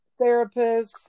therapists